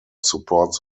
supports